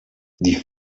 die